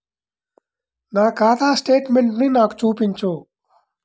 నా ఖాతా స్టేట్మెంట్ను నాకు చూపించు